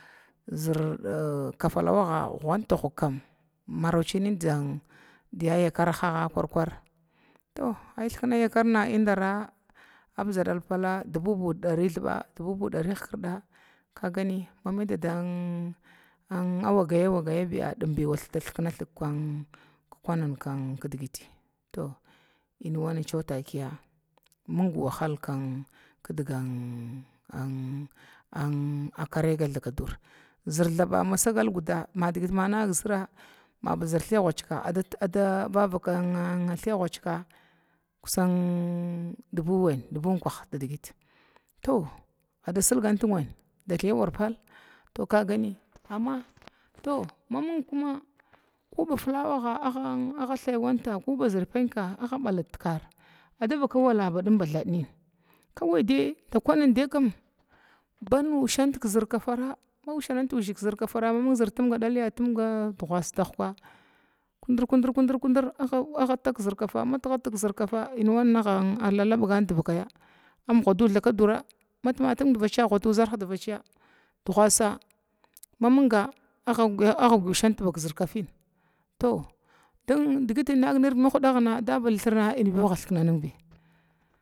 Zərdaha kafalawaga gwunt ka kam martiyi diyayakara haga karkura, to thkna yakarna iidara abdzadal palla dubu bu di kltha dubu bu diklhkrda kagani, ai maima daadan ma magagawi biya dimbi wada thiknathgkuni kidgiti, to ənwana cəwa takiya mung wal kinkinkin diga thakadura zərha masagl guda madigit ma nag zəra kiiya gucika kusan dubu klunch digina adda silgant wanir dakiya war pal, to maming kuma kuba flawaga athywanta zərpinta a balit tikar, ku wala badim ba thalnin kawaidai kunindaka kumushant bazərkafara zər dalara maming kafa a timga dugasa kudur kuydur kudur zərkafa ənwaga lalagya divakaya amgudu thakadura divaciya dugasa maming agga ushant ba kafin, to diginin nag nirvid mahdana thirna inbi